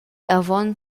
avon